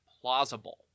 plausible